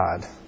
God